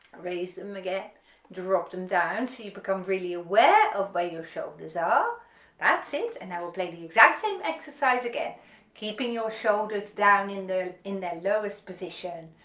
raise them again drop them down so you become really aware of where your shoulders are that's it and i will play the exact same exercise again keeping your shoulders down in the in their lowest position,